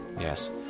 Yes